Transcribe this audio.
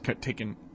taken